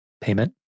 payment